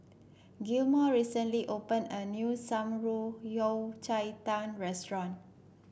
Gilmore recently opened a new Shan Rui Yao Cai Tang restaurant